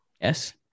Yes